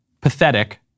Pathetic